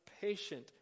patient